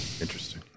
Interesting